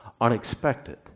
unexpected